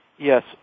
Yes